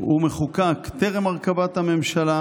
הוא מחוקק טרם הרכבת הממשלה.